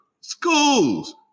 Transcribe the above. schools